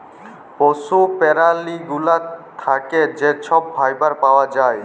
পশু প্যারালি গুলা থ্যাকে যে ছব ফাইবার পাউয়া যায়